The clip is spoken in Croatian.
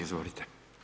Izvolite.